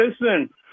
Listen